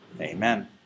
Amen